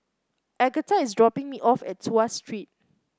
Agatha is dropping me off at Tuas Street